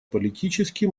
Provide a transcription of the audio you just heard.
политически